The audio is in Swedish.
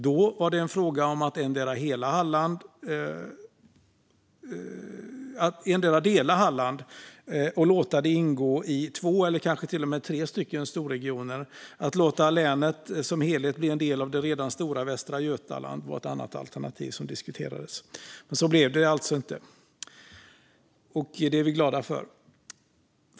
Då var det en fråga om att dela Halland och låta det ingå i två eller kanske till och med tre storregioner. Att låta länet som helhet bli en del av det redan stora Västra Götaland var ett annat alternativ som diskuterades. Men så blev det alltså inte, och det är vi glada för.